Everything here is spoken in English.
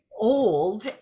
old